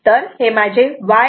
तर हे माझे Yfg आहे